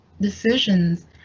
decisions